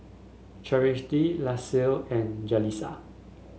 Cherish Laci and Jaleesa